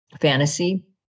fantasy